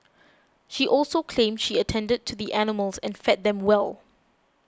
she also claimed she attended to the animals and fed them well